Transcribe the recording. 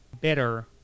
better